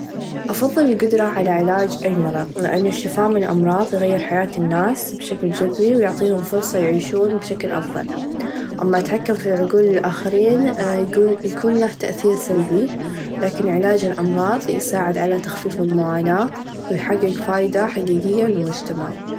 أفظل القدره على علاچ المرظ لأن الشفاء من الأمراظ غير حياة الناس بشكل چذري و يعطيهم فرصه يعيشون بشكل أفظل أما التحكم في عقول الآخرين يكون لاه تأثير سلبي لاكن علاچ الأمراظ يساعد على تخفيف المعاناه و يحقق فايده حقيقيه للمچتمع.